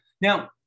Now